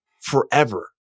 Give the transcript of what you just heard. forever